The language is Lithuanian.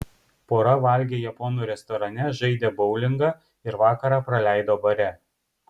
pora valgė japonų restorane žaidė boulingą ir vakarą praleido bare